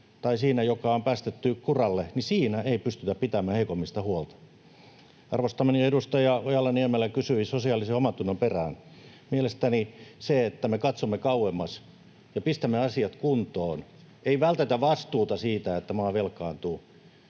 joka on päästetty kuralle, ei pystytä pitämään heikoimmista huolta. Arvostamani edustaja Ojala-Niemelä kysyi sosiaalisen omantunnon perään. Kun katsomme kauemmas, pistämme asiat kuntoon emmekä vältä vastuuta siitä, että maa velkaantuu